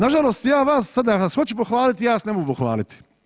Nažalost, ja vas sada da vas hoću pohvalit, ja vas ne mogu pohvaliti.